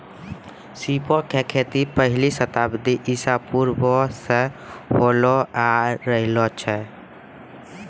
सीपो के खेती पहिले शताब्दी ईसा पूर्वो से होलो आय रहलो छै